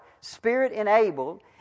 spirit-enabled